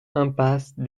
impasse